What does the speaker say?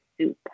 soup